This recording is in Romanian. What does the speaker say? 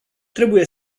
trebuie